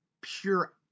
pure